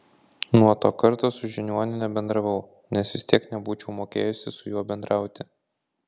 nuo to karto su žiniuoniu nebendravau nes vis tiek nebūčiau mokėjusi su juo bendrauti